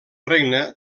regne